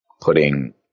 putting